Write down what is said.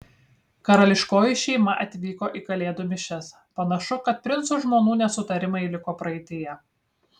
karališkoji šeima atvyko į kalėdų mišias panašu kad princų žmonų nesutarimai liko praeityje